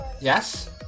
Yes